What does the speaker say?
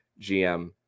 GM